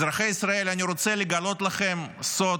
אזרחי ישראל, אני רוצה לגלות לכם סוד.